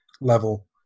level